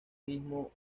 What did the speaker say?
mismo